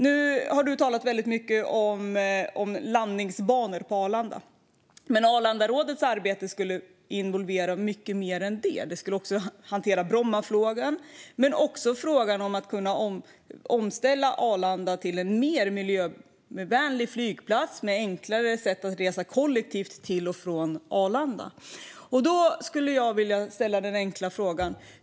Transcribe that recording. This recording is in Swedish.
Du har talat mycket om landningsbanor på Arlanda, men Arlandarådets arbete involverade mycket mer än det, till exempel Brommafrågan och frågan om att ställa om Arlanda till en mer miljövänlig flygplats med enklare sätt att resa kollektivt till och från Arlanda.